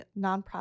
nonprofit